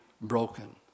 broken